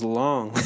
long